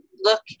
look